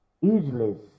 useless